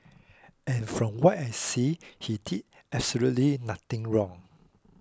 and from what I see he did absolutely nothing wrong